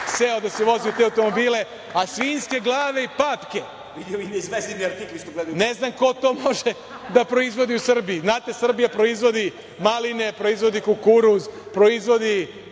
seo da se vozi u te leteće automobile, a svinjske glave i papke, ne znam ko to može da proizvodi u Srbiji. Znate, Srbija proizvodi maline, proizvodi kukuruz, proizvodi